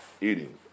eating